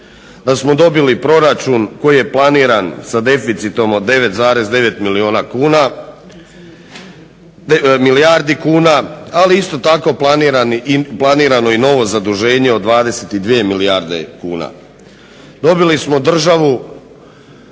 da smo dobili proračun koji je planiran sa deficitom od 9,9 milijardi kuna ali isto tako planirano novo zaduženje od 22 milijarde kuna. Dobili smo državu